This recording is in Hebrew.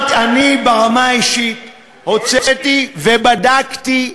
אני ברמה האישית הוצאתי ובדקתי,